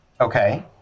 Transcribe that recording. Okay